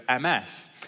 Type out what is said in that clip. MS